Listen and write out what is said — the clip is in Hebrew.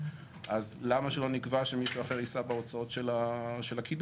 אז למה שלא נקבע שמישהו אחר יישא בהוצאות של הקידוח?